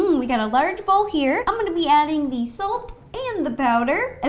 we got a large bowl here. i'm gonna be adding the salt and the powder. and